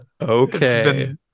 Okay